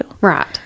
right